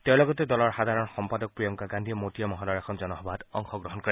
তেওঁৰ লগতে দলৰ সাধাৰণ সম্পাদক প্ৰিয়ংকা গাধীয়ে মতিয়া মহলৰ এখন জনসভাত অংশগ্ৰহণ কৰে